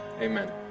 amen